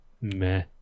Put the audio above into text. Meh